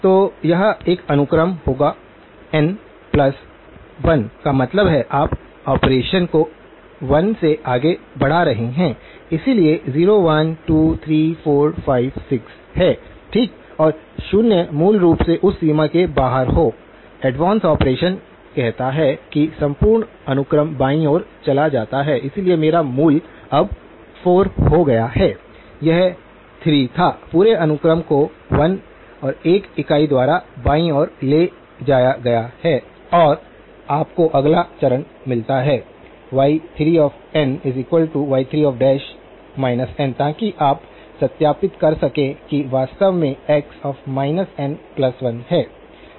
तो यह एक अनुक्रम होगा n प्लस 1 का मतलब है आप ऑपरेशन को 1 से आगे बढ़ा रहे हैं इसलिए 0 1 2 3 4 5 6 है ठीक और शून्य मूल रूप से उस सीमा के बाहर हो एडवांस ऑपरेशन कहता है कि संपूर्ण अनुक्रम बाईं ओर चला जाता है इसलिए मेरा मूल अब 4 हो गया है यह 3 था पूरे अनुक्रम को 1 इकाई द्वारा बाईं ओर ले जाया गया है और फिर आपको अगला चरण मिलता है y3ny3 n ताकि आप सत्यापित कर सकें कि वास्तव में x n1 है